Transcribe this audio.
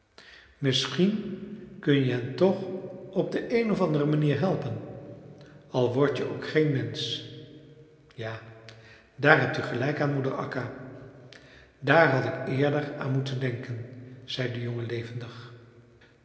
misschien kun je hen toch op de een of andere manier helpen al wordt je ook geen mensch ja daar hebt u gelijk aan moeder akka daar had ik eerder aan moeten denken zei de jongen levendig